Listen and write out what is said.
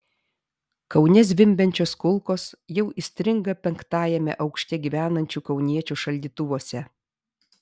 kaune zvimbiančios kulkos jau įstringa penktajame aukšte gyvenančių kauniečių šaldytuvuose